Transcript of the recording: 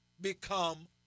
become